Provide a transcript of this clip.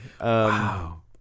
Wow